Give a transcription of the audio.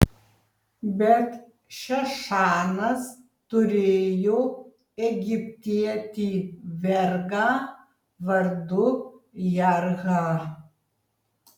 bet šešanas turėjo egiptietį vergą vardu jarhą